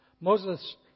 Moses